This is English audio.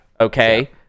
Okay